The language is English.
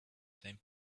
same